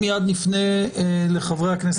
מיד נפנה לחברי הכנסת,